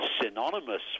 synonymous